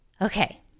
Okay